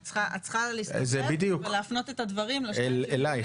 את צריכה להפנות את הדברים --- אלייך.